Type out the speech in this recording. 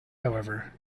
however